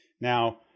Now